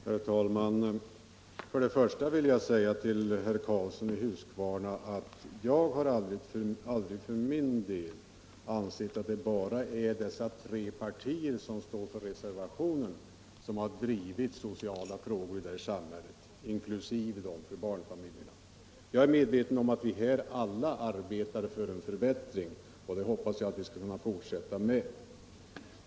Herr talman! Först och främst vill jag till herr Karlsson i Huskvarna säga att jag för min del aldrig ansett att det bara är de tre partier som står för reservationen som drivit sociala frågor inkl. frågor som rör barnfamiljerna i det här samhället. Jag är medveten om att vi alla här arbetar för en förbättring, och det hoppas jag att vi skall kunna fortsätta med.